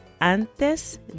antes